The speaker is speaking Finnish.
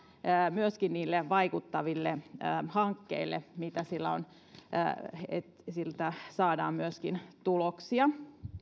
myöskin niille vaikuttaville hankkeille niin että siltä saadaan myöskin tuloksia